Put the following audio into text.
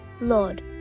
Lord